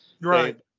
Right